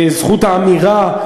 זכות האמירה,